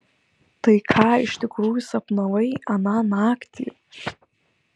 tai ką iš tikrųjų sapnavai aną naktį